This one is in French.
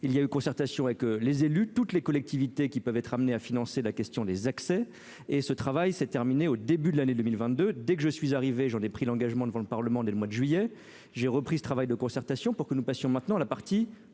il y a eu concertation avec les élus, toutes les collectivités qui peuvent être amenées à financer la question des accès et ce travail s'est terminé au début de l'année 2022 dès que je suis arrivée, j'en ai pris l'engagement devant le Parlement dès le mois de juillet, j'ai repris le travail de concertation pour que nous passions maintenant la partie